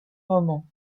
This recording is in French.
moment